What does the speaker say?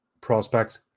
prospects